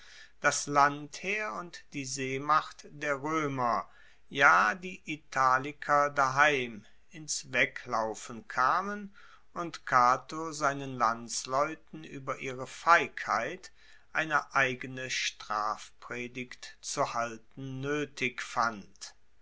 das landheer und die seemacht der roemer ja die italiker daheim ins weglaufen kamen und cato seinen landsleuten ueber ihre feigheit eine eigene strafpredigt zu halten noetig fand